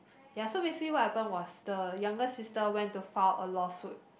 ya so basically what happen was the younger sister went to file a lawsuit